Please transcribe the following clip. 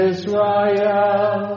Israel